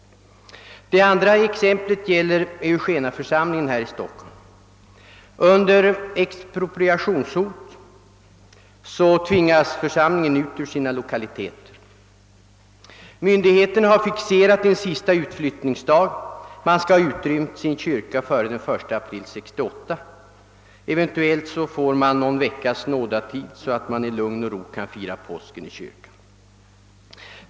Det andra exemplet gäller: Eugeniaförsamlingen ::i Stockholm. Under expropriationshot tvingas församlingen ut ur sina lokaliteter. Myndigheterna har fixerat en sista utflyttningsdag — man skall ha utrymt sin kyrka före den 1 april 1968. Eventuellt får man någon veckas nådatid, så att man i lugn och :ro kan fira påsken i kyrkan.